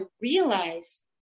realize